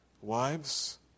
Wives